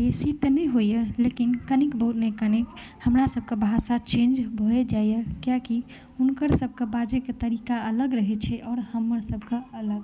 बेसी तऽ नहि होइए लेकिन कनिक ने कनिक हमरा सभके भाषा चेन्ज भऽ जाइए कियाकि हुनकर सभके बाजयके तरीका अलग रहैत छै आओर हमरसभके अलग